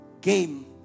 Game